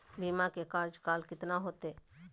बीमा के कार्यकाल कितना होते?